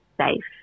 safe